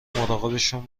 مراقبشون